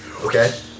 Okay